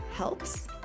helps